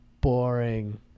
boring